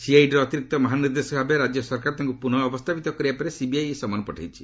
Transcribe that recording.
ସିଆଇଡିର ଅତିରିକ୍ତ ମହାନିର୍ଦ୍ଦେଶକ ଭାବେ ରାଜ୍ୟ ସରକାର ତାଙ୍କୁ ପୁନଃ ଅବସ୍ଥାପିତ କରିବା ପରେ ସିବିଆଇ ଏହି ସମନ ପଠାଇଛି